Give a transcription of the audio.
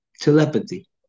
telepathy